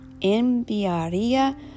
enviaría